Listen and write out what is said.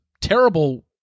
terrible